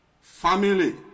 family